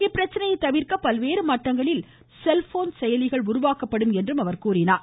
இப்பிரச்சனையை தவிர்க்க பல்வேறு மட்டங்களில் செல்போன் செயலிகள் உருவாக்கப்படும் என்றார்